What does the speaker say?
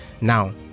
now